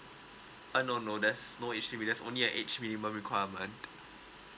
uh no no there's no issue it just only an age minimum requirement